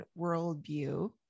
Worldview